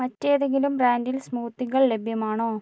മറ്റേതെങ്കിലും ബ്രാൻഡിൽ സ്മൂത്തികൾ ലഭ്യമാണോ